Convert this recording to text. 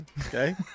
okay